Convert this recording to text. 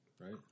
right